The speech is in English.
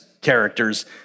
characters